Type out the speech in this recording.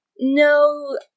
no